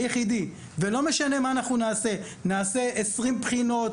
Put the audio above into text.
לא משנה מה אנחנו נעשה נעשה 20 בחינות,